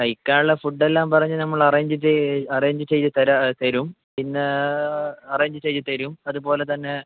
കഴിക്കാനുള്ള ഫുഡ് എല്ലാം പറഞ്ഞാൽ നമ്മൾ അറേഞ്ച് ചെയ്യ് അറേഞ്ച് ചെയ്തു തരാം തരും പിന്നെ അറേഞ്ച് ചെയ്തു തരും അതുപോലെ തന്നെ